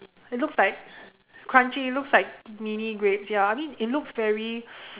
it looks like crunchy it looks like mini grapes ya I mean it looks very